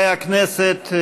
חברי הכנסת,